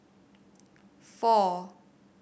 four